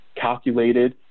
calculated